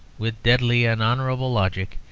with deadly and honourable logic,